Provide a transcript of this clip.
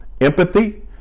empathy